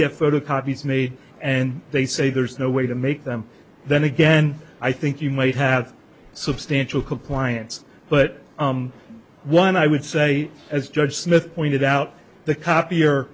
get photocopies made and they say there's no way to make them then again i think you might have substantial compliance but one i would say as judge smith pointed out the copier